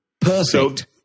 Perfect